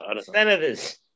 Senators